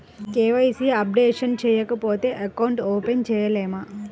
KYC updation చేయకపోతే account open చేయలేమా?